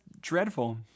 dreadful